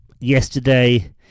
yesterday